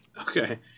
Okay